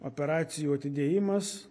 operacijų atidėjimas